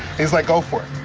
he's like, go for it.